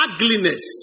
Ugliness